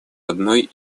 одной